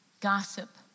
gossip